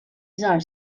żgħar